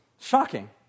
Shocking